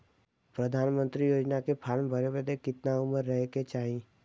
प्रधानमंत्री योजना के फॉर्म भरे बदे कितना उमर रहे के चाही?